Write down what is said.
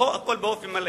הכול באופן מלא.